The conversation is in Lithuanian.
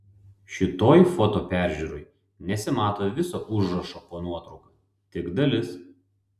šitoj foto peržiūroj nesimato viso užrašo po nuotrauka tik dalis